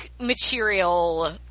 material